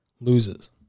Loses